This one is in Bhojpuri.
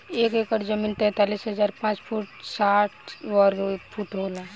एक एकड़ जमीन तैंतालीस हजार पांच सौ साठ वर्ग फुट होला